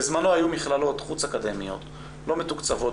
בזמנו היו מכללות חוץ אקדמיות לא מתוקצבות,